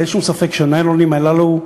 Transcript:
אין שום ספק שהניילונים הללו,